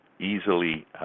easily